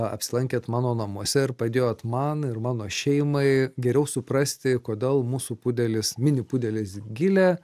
apsilankėt mano namuose ir padėjot man ir mano šeimai geriau suprasti kodėl mūsų pudelis mini pudelis gilė